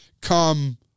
come